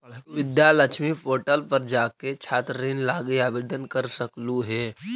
तु विद्या लक्ष्मी पोर्टल पर जाके छात्र ऋण लागी आवेदन कर सकलहुं हे